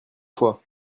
fois